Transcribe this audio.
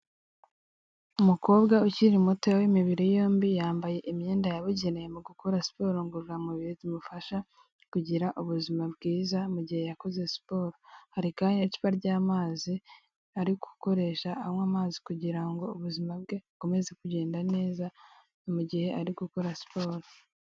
Umukobwa ukiri muto w'imibiri yombi, yambaye imyenda yabugeneye mu gukora siporo ngororamubiri zimufasha kugira ubuzima bwiza mu gihe yakoze siporo, hari kandi n'icupa ry'amazi, ari gukoresha anywa amazi, kugira ngo ubuzima bwe bukomeze kugenda neza, mu gihe ari gukora siporo.